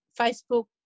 Facebook